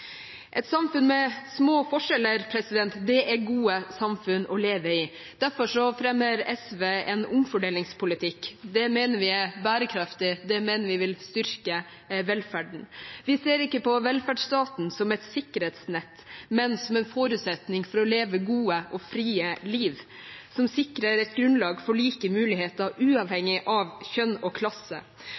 et sikkerhetsnett, men som en forutsetning for å leve gode og frie liv som sikrer et grunnlag for like muligheter uavhengig av kjønn og klasse.